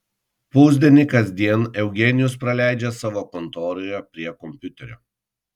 pusdienį kasdien eugenijus praleidžia savo kontoroje prie kompiuterio